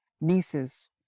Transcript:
nieces